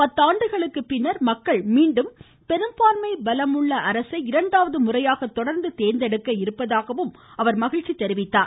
பத்தாண்டுகளுக்கு பிறகு மக்கள் மீண்டும் பெரும்பான்மை பலம் உள்ள அரசை இரண்டாவது முறையாக தொடர்ந்து தேர்ந்தெடுக்க இருப்பதாகவும் அவர் மகிழ்ச்சி தெரிவித்தார்